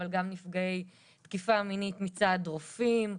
אבל גם נפגעי תקיפה מינית מצד רופאים.